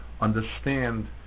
understand